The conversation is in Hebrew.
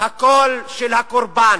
מהקול של הקורבן.